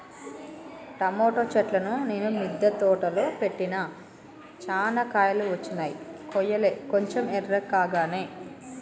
tomato చెట్లును నేను మిద్ద తోటలో పెట్టిన చానా కాయలు వచ్చినై కొయ్యలే కొంచెం ఎర్రకాగానే